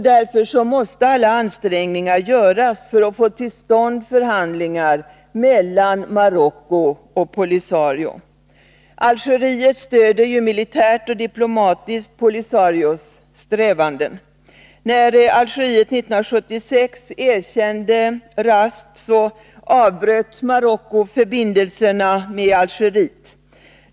Därför måste alla ansträngningar göras för att få till stånd förhandlingar mellan Marocko och POLISARIO. Algeriet stöder militärt och diplomatiskt POLISARIO strävanden. När Algeriet 1976 erkände RASD, avbröt Marocko förbindelserna med Algeriet.